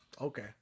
okay